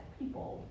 people